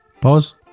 Pause